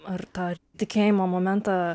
ar tą tikėjimo momentą